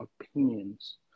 opinions